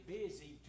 busy